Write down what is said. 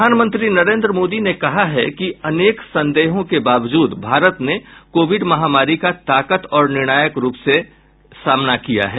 प्रधानमंत्री नरेंद्र मोदी ने कहा है कि अनेक संदेहों के बावजूद भारत ने कोविड महामारी का ताकत और निर्णायक रूप के साथ सामना किया है